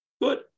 Good